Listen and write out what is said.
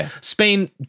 Spain